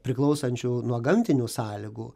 priklausančių nuo gamtinių sąlygų